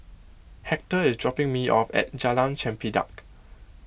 Hector is dropping me off at Jalan Chempedak